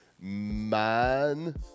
man